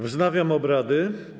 Wznawiam obrady.